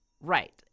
Right